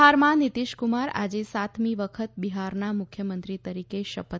બિહારમાં નિતીશક્રમાર આજે સાતમી વખત બિહારના મુખ્યમંત્રી તરીકે શપથ